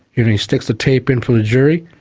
you know he sticks the tape in for the jury,